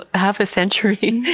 but half a century,